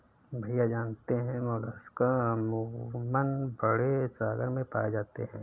भैया जानते हैं मोलस्क अमूमन बड़े सागर में पाए जाते हैं